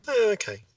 Okay